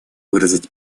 выразить